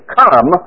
come